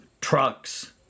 trucks